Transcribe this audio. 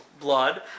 blood